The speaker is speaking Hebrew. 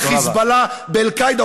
ב"חיזבאללה" ב"אל-קאעידה",